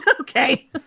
Okay